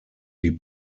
die